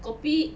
kopi